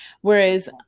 whereas